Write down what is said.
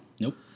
Nope